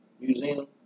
museum